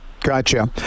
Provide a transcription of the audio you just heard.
Gotcha